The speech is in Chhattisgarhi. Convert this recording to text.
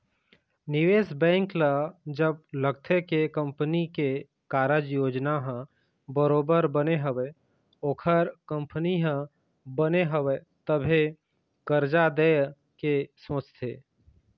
निवेश बेंक ल जब लगथे के कंपनी के कारज योजना ह बरोबर बने हवय ओखर कंपनी ह बने हवय तभे करजा देय के सोचथे